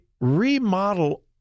remodel